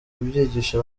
kubyigisha